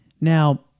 Now